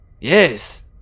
Yes